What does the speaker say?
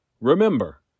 Remember